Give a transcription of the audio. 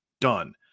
Done